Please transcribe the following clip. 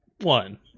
one